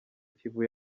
kivu